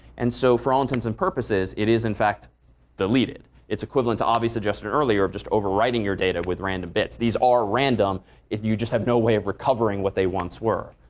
and so for all intents and purposes it is in fact deleted. it's equivalent to avi's suggestion earlier of just overwriting your data with random bits. these are random if you just have no way of recovering what they once were.